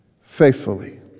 faithfully